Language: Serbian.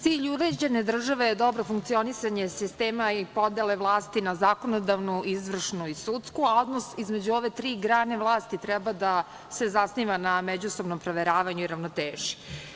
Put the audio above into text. Cilj uređene države je dobro funkcionisanje sistema i podele vlasti na zakonodavnu, izvršnu i sudsku, a odnos između ove tri grane vlasti treba da se zasniva na međusobnom proveravanju i ravnoteži.